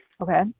Okay